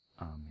Amen